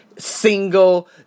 single